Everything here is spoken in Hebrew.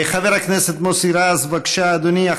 חבר הכנסת מוסי רז, בבקשה, אדוני.